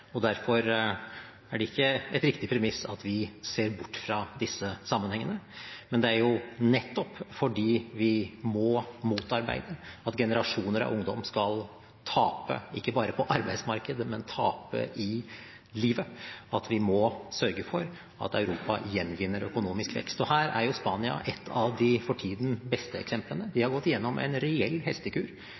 Derfor er det ikke et riktig premiss at vi ser bort fra disse sammenhengene, men det er nettopp fordi vi må motarbeide at generasjoner av ungdom skal tape – ikke bare på arbeidsmarkedet, men tape i livet – at vi må sørge for at Europa gjenvinner økonomisk vekst. Her er Spania et av de for tiden beste eksemplene. De har gått igjennom en reell hestekur.